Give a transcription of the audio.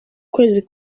kwezi